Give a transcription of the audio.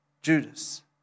Judas